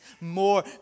more